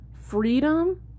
freedom